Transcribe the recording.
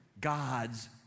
God's